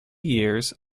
years